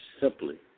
simply